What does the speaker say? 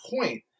point